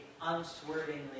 unswervingly